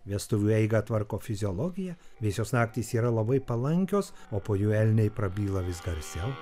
vestuvių eigą tvarko fiziologija vėsios naktys yra labai palankios o po jų elniai prabyla vis garsiau